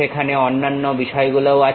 সেখানে অন্যান্য বিষয়গুলোও আছে